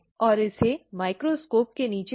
और इसे माइक्रोस्कोप के नीचे देखें